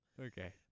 Okay